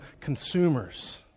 consumers